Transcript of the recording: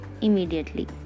immediately